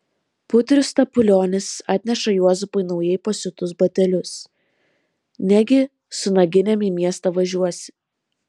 putrių stapulionis atneša juozapui naujai pasiūtus batelius negi su naginėm į miestą važiuosi